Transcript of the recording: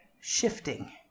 shifting